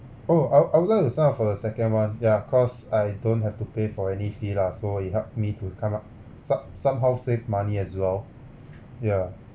oh I would I would like to sign up for the second [one] ya cause I don't have to pay for any fee lah so it helped me to come up som~ some how save money as well yeah